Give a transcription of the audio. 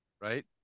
right